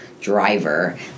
driver